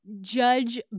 Judge